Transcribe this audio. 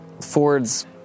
Ford's